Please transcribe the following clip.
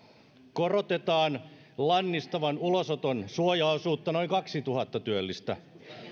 korotetaan lannistavan ulosoton suojaosuutta noin kaksituhatta työllistä